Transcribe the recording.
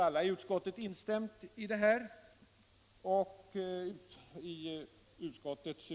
Alla i utskottet har instämt i detta, och i betän nm. in.